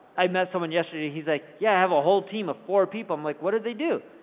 i met someone yesterday, he's like yeah i have a whole team of four people. i'm like what do they do?